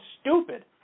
stupid